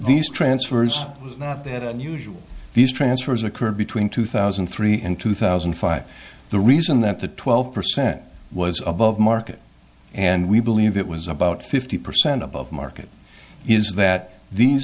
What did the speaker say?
se transfers not that unusual these transfers occurred between two thousand and three and two thousand and five the reason that the twelve percent was above market and we believe it was about fifty percent above market is that these